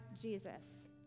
Jesus